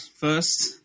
first